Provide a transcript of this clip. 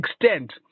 extent